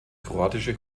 kroatische